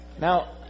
Now